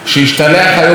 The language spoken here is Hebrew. השתלח היום